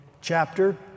chapter